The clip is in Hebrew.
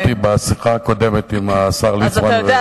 יש לראות נכוחה את האינטרס של מדינת ישראל ויש לא לראותו.